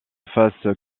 fasse